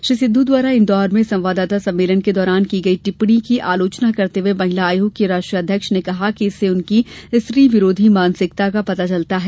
श्री सिद्ध द्वारा इंदौर में संवाददाता सम्मेलन के दौरान की गयी टिप्पणी की आलोचना करते हुए महिला आयोग की राष्ट्रीय अध्यक्ष ने कहा कि इससे उनकी स्त्री विरोधी मानसिकता का पता चलता है